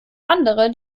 andere